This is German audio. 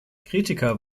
kritiker